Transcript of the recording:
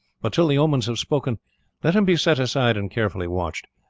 but till the omens have spoken let him be set aside and carefully watched.